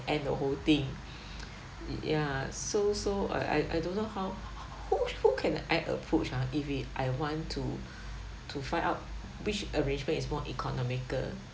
and the whole thing ya so so I I don't know how who who can I approach ah if it I want to to find out which arrangement is more economical